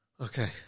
Okay